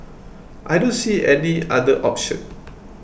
I don't see any other option